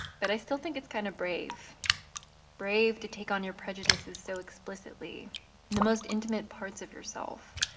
but i still think it's kind of brave brave to take on your prejudices so explicitly in the most intimate parts of yourself,